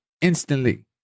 instantly